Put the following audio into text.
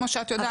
כמו שאת יודעת,